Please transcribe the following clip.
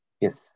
Yes